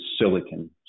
silicon